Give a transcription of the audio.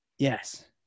Yes